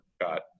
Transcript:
got